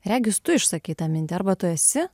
regis tu išsakei tą mintį arba tu esi